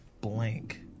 blank